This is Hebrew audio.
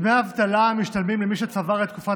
דמי האבטלה המשתלמים למי שצבר את תקופת